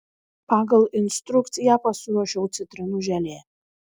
pagal instrukciją pasiruošiau citrinų želė